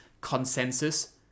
consensus